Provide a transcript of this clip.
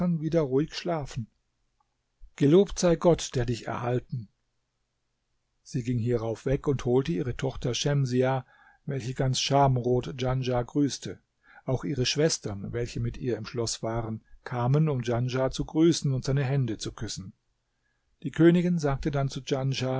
wieder ruhig schlafen gelobt sei gott der dich erhalten sie ging hierauf weg und holte ihre tochter schemsiah welche ganz schamrot djanschah grüßte auch ihre schwestern welche mit ihr im schloß waren kamen um djanschah zu grüßen und seine hände zu küssen die königin sagte dann zu